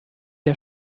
der